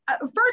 first